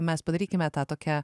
mes padarykime tą tokią